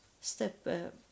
step